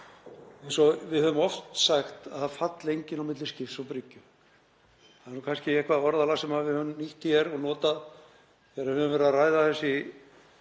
eins og við höfum oft sagt, að það falli enginn milli skips og bryggju. Það er orðalag sem við höfum nýtt hér og notað þegar við höfum verið að ræða þessi